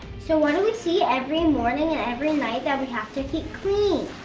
so what do we see every morning and every night that we have to keep clean?